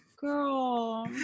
Girl